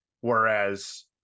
Whereas